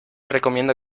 recomiendo